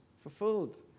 Fulfilled